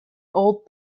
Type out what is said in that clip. old